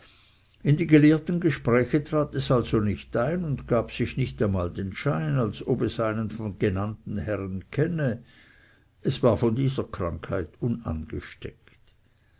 in die gelehrten gespräche trat es also nicht ein und gab sich nicht einmal den schein als ob es einen von den genannten herren kenne es war von dieser krankheit unangesteckt